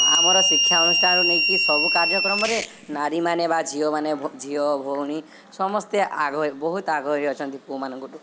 ଆମର ଶିକ୍ଷା ଅନୁଷ୍ଠାନରୁ ନେଇକି ସବୁ କାର୍ଯ୍ୟକ୍ରମରେ ନାରୀମାନେ ବା ଝିଅମାନେ ଝିଅ ଭଉଣୀ ସମସ୍ତେ ବହୁତ ଆଗ୍ରହ ଅଛନ୍ତି ପୁଅମାନଙ୍କ ଠୁ